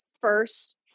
first